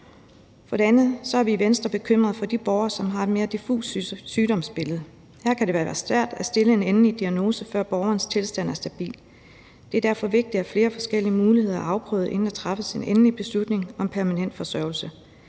For det andet er vi i Venstre bekymret for de borgere, som har et mere diffust sygdomsbillede. Her kan det være svært at stille en endelig diagnose, før borgerens tilstand er stabil. Det er derfor vigtigt, at flere forskellige muligheder er afprøvet, inden der træffes en endelig beslutning om permanent forsørgelse.